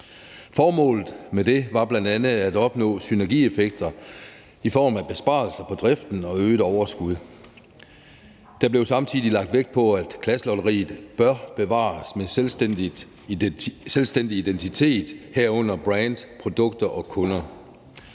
Formålet med det var bl.a. at opnå synergieffekter i form af besparelser på driften og øget overskud. Der blev samtidig lagt vægt på, at Klasselotteriet bør bevares med selvstændig identitet, herunder brand, produkter og kunder.